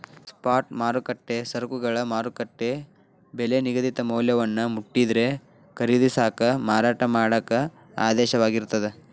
spot ಮಾರುಕಟ್ಟೆ ಸರಕುಗಳ ಮಾರುಕಟ್ಟೆ ಬೆಲಿ ನಿಗದಿತ ಮೌಲ್ಯವನ್ನ ಮುಟ್ಟಿದ್ರ ಖರೇದಿಸಾಕ ಮಾರಾಟ ಮಾಡಾಕ ಆದೇಶವಾಗಿರ್ತದ